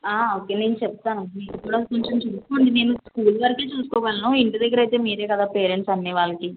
okay నేను చెప్తానండి ఇంట్లో కొంచెం చూసుకోండి నేను స్కూల్ వరకే చూసుకోగలను ఇంటి దగ్గర మీరే కదా పేరెంట్స్ అన్నీ వాళ్ళకి